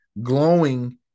glowing